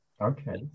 Okay